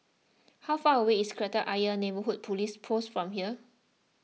how far away is Kreta Ayer Neighbourhood Police Post from here